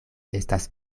estas